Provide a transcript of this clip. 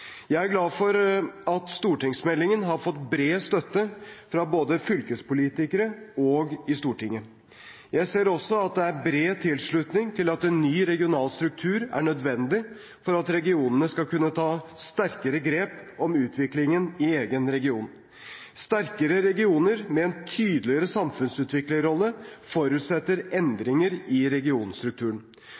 Jeg er glad for at stortingsmeldingen har fått bred støtte både fra fylkespolitikere og i Stortinget. Jeg ser også at det er bred tilslutning til at en ny regional struktur er nødvendig for at regionene skal kunne ta sterkere grep om utviklingen i egen region. Sterkere regioner med en tydeligere samfunnsutviklerrolle forutsetter endringer i regionstrukturen.